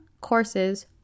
courses